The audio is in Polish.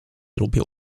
lubię